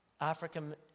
African